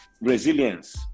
resilience